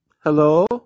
Hello